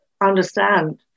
understand